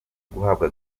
guhabwa